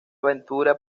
aventura